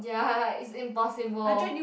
ya it's impossible